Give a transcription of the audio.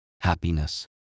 happiness